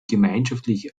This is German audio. gemeinschaftliche